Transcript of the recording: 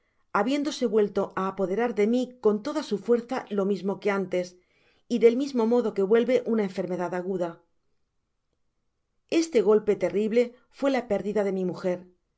habiéndose vuelto á apoderar de mi con toda su fuerza lo mismo que antes y del mismo modo que vuelve una enfermedad aguda este golpe terrible fué la pérdida de mi mujer